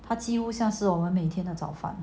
他几乎像是我们每天的早饭